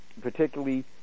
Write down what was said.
particularly